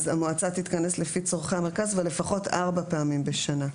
אז המועצה תתכנס לפי צרכי המרכז ולפחות ארבע פעמים בשנה,